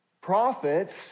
prophets